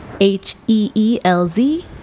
H-E-E-L-Z